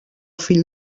fill